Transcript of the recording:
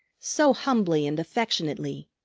so humbly and affectionately.